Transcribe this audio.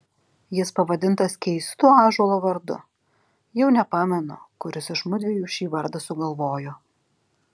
jis pavadintas keistu ąžuolo vardu jau nepamenu kuris iš mudviejų šį vardą sugalvojo